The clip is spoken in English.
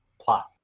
plot